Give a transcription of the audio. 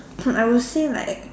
I will say like